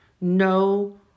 no